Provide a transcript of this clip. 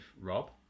Rob